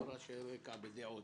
לא רעשי רקע בדעות.